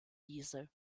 diese